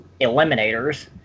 Eliminators